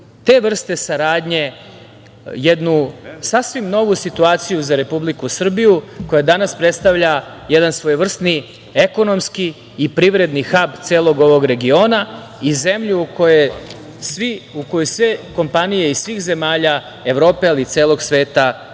te vrste saradnje jednu sasvim novu situaciju za Republiku Srbiju koja danas predstavlja jedan svojevrsni ekonomski i privredni hab celog ovog regiona i zemlju u koju sve kompanije, iz svih zemalja Evrope ali i celog sveta,